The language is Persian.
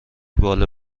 باله